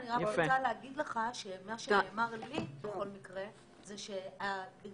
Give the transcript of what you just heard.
אני רק רוצה להגיד לך שמה שנאמר לי בכל מקרה זה שבגלל